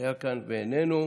היה כאן ואיננו,